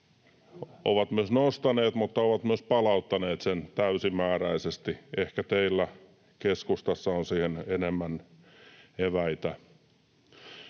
ovat myös nostaneet mutta ovat myös palauttaneet sen täysimääräisesti. Ehkä teillä keskustassa on siihen enemmän eväitä.